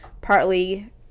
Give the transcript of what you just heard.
partly